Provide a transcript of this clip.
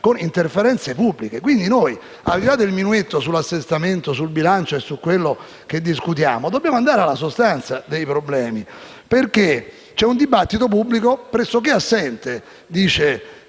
con interferenze pubbliche. Quindi noi, al di là del minuetto sull'Assestamento, sul bilancio e su quello che discutiamo, dobbiamo andare alla sostanza dei problemi perché - come ha scritto ieri De